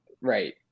right